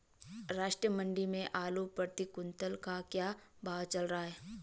राष्ट्रीय मंडी में आलू प्रति कुन्तल का क्या भाव चल रहा है?